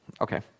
Okay